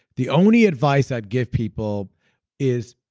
the only advice i give people is,